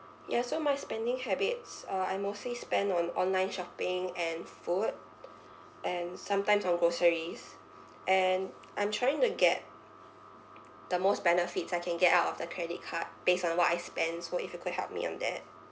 ya so my spending habits uh I mostly spend on online shopping and food and sometimes on groceries and I'm trying to get the most benefits I can get out of the credit card based on what I spend so if you could help me on that